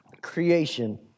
creation